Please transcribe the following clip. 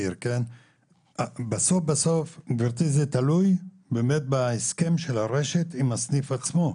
בסוף זה תלוי באמת בהסכם של הרשת עם הסניף עצמו,